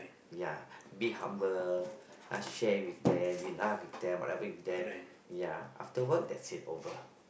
ya be humble I share with them you laugh with them whatever with them ya after work that's it over